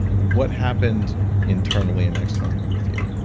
what happened internally and externally with you?